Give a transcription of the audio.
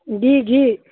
ꯒꯤ ꯒꯤ